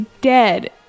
dead